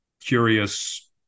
curious